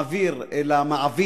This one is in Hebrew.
הוא מעביר למעביד,